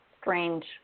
strange